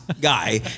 guy